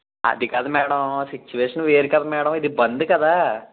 అది కాదు madam situation వేరు కదా మేడం ఇది బంద్ కదా